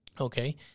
Okay